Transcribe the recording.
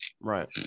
Right